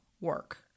work